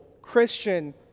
Christian